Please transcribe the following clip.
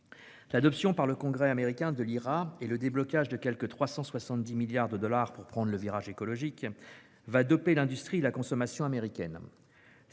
L'adoption de l'IRA par le Congrès américain et le déblocage de quelque 370 milliards de dollars pour prendre le virage écologique va doper l'industrie et la consommation aux